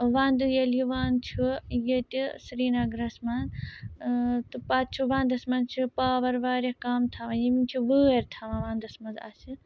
وَندٕ ییٚلہِ یِوان چھُ ییٚتہِ سرینَگرَس منٛز تہٕ پَتہٕ چھُ وَنٛدَس منٛز چھِ پاوَر واریاہ کَم تھاوان یِم چھِ وٲرۍ تھاوان وَنٛدَس منٛز اَسہِ